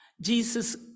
jesus